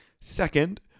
Second